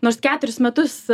nors ketverius metus